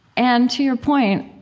and, to your point,